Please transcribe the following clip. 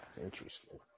interesting